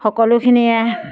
সকলোখিনিয়ে